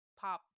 pop